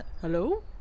Hello